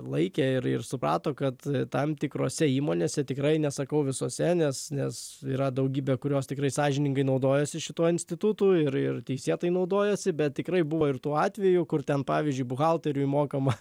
laikė ir ir suprato kad tam tikrose įmonėse tikrai nesakau visose nes nes yra daugybė kurios tikrai sąžiningai naudojasi šituo institutu ir ir teisėtai naudojasi bet tikrai buvo ir tų atvejų kur ten pavyzdžiui buhalteriui mokama